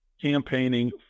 campaigning